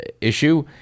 issue